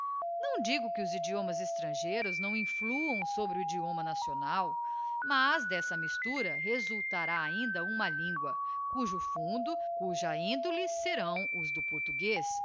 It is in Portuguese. não digo que os idiomas extrangeiros não influam sobre o idioma nacional mas d'esta mistura resultará ainda uma lingua cujo fundo cuja índole serão os do portujuez